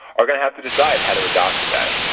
are going to have to decide how to adapt to that.